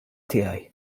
tiegħi